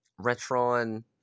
Retron